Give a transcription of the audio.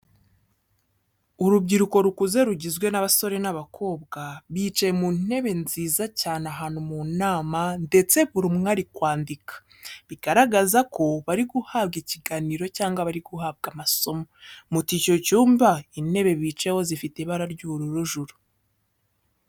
Urubyiruko rukuze rugizwe n'abasore n'abakobwa bicaye mu ntebe nziza cyane ahantu mu nama ndetse buri umwe ari kwandika, bigaragaza ko bari guhabwa ikiganiro cyangwa bari guhabwa amasomo. Muti icyo cyumba intebe bicayeho zifite ibara ry'ubururu juru.